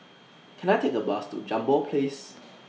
Can I Take A Bus to Jambol Place